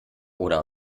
oder